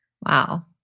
Wow